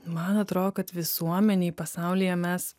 man atrodo kad visuomenėj pasaulyje mes